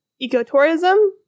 ecotourism